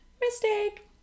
mistake